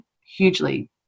hugely